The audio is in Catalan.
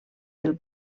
del